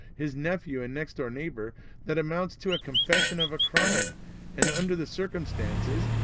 his nephew and next-door neighbor that amounts to a confession of a crime and under the circumstances,